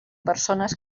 persones